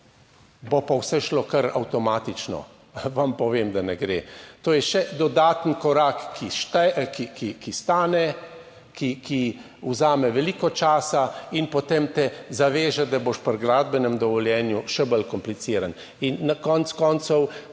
bo pa vse šlo kar avtomatično. Vam povem, da ne gre. To je še dodaten korak, ki, ki stane, ki, ki vzame veliko časa in potem te zaveže, da boš pri gradbenem dovoljenju še bolj kompliciran. In na koncu koncev